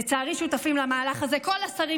לצערי שותפים למהלך הזה כל השרים